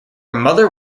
mother